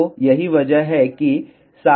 तो यही वजह है कि x sin θ cos φ है